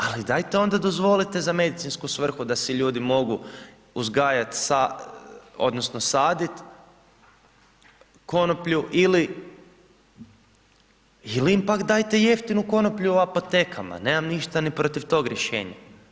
Ali, dajte onda dozvolite za medicinsku svrhu da si ljudi mogu uzgajati odnosno saditi konoplju ili im pak dajte jeftinu konoplju u apotekama, nemam ništa ni protiv tog rješenja.